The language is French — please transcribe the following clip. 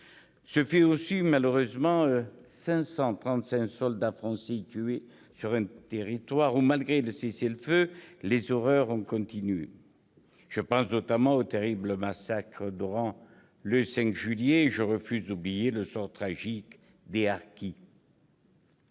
d'Évian. Malheureusement, 535 soldats français ont été tués sur un territoire, où, malgré le cessez-le-feu, les horreurs ont continué. Je pense notamment au terrible massacre d'Oran, le 5 juillet, et je refuse d'oublier le sort tragique des harkis.